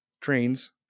Trains